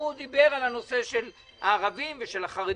הוא דיבר על הנושא של הערבים ושל החרדים.